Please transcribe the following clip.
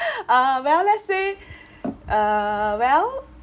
uh well let's say uh well